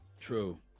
True